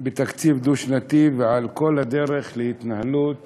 בתקציב דו-שנתי ועל כל דרך ההתנהלות